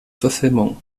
verfilmungen